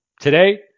Today